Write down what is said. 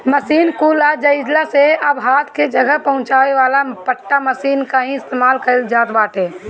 machine कुल आ जइला से अब हाथ कि जगह पहुंचावे वाला पट्टा मशीन कअ ही इस्तेमाल कइल जात बाटे